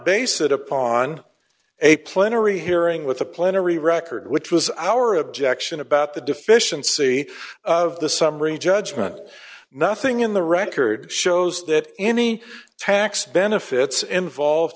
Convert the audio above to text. base it upon a plenary hearing with the plenary record which was our objection about the deficiency of the summary judgment nothing in the record shows that any tax benefits involved